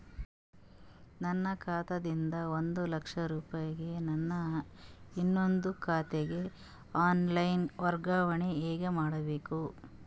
ನನ್ನ ಖಾತಾ ದಿಂದ ಒಂದ ಲಕ್ಷ ರೂಪಾಯಿ ನನ್ನ ಇನ್ನೊಂದು ಖಾತೆಗೆ ಆನ್ ಲೈನ್ ವರ್ಗಾವಣೆ ಹೆಂಗ ಮಾಡಬೇಕು?